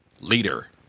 leader